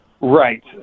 Right